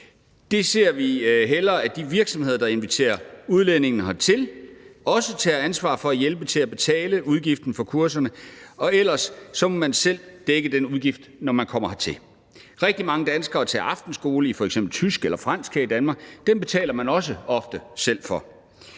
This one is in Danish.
Vi ser hellere, at de virksomheder, der inviterer udlændinge hertil, også tager ansvar for at hjælpe til med at betale udgiften for kurserne, og ellers må man selv dække den udgift, når man kommer hertil. Rigtig mange danskere tage aftenskolekursus i f.eks. tysk eller fransk her i Danmark. Dem betaler man ofte også selv for.